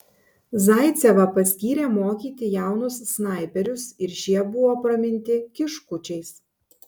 zaicevą paskyrė mokyti jaunus snaiperius ir šie buvo praminti kiškučiais